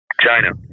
China